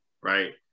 right